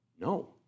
No